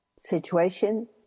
situation